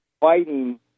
fighting